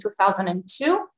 2002